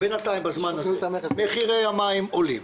בינתיים בזמן הזה מחירי המים עולים,